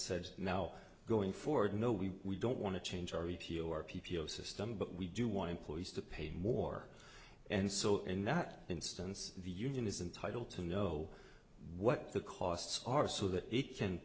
said now going forward no we don't want to change our e p o our p p o system but we do want employees to pay more and so in that instance the union is entitle to know what the costs are so that it can